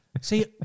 See